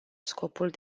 scopul